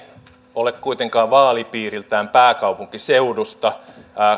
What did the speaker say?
ole kuitenkaan vaalipiiriltään pääkaupunkiseudulta